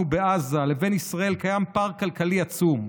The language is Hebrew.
ובעזה לבין ישראל קיים פער כלכלי עצום.